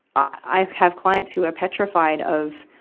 i, i have clients who are petrified of,